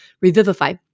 Revivify